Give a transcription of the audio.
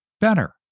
better